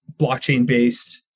blockchain-based